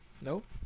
nope